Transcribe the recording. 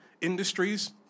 industries